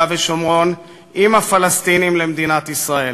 ושומרון עם הפלסטינים למדינת ישראל.